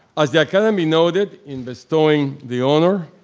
as the academy noted in bestowing the honor,